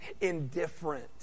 indifferent